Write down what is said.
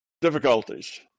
difficulties